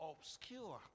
obscure